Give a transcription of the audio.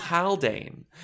Haldane